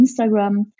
Instagram